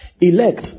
Elect